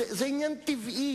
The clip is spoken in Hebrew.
זה אני לא מבין.